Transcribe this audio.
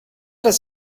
does